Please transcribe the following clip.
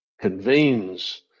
convenes